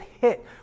hit